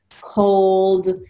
cold